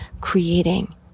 creating